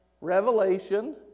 revelation